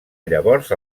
llavors